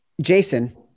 Jason